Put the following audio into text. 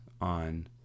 on